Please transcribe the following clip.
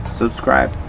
subscribe